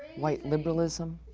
white liberalism,